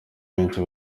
benshi